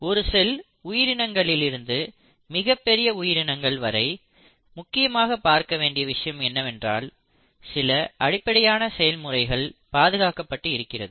ஒரு செல் உயிரினங்களிலிருந்து மிகப் பெரிய உயிரினங்கள் வரை முக்கியமாக பார்க்க வேண்டிய விஷயம் என்னவென்றால் சில அடிப்படையான செயல்முறைகள் பாதுகாக்கப்பட்டு இருக்கிறது